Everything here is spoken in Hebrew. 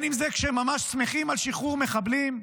אם זה כשהם ממש שמחים על שחרור מחבלים.